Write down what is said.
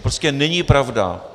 To prostě není pravda.